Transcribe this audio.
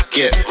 get